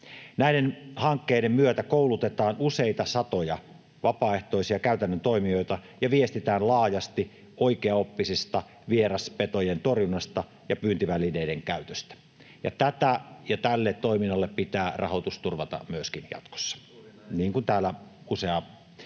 Näiden hankkeiden myötä koulutetaan useita satoja vapaaehtoisia käytännön toimijoita ja viestitään laajasti oikeaoppisesta vieraspetojen torjunnasta ja pyyntivälineiden käytöstä. Tälle toiminnalle pitää rahoitus turvata myöskin jatkossa, [Petri Huru: